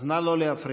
אז נא לא להפריע.